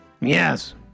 Yes